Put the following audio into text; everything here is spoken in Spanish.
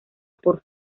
por